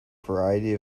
variety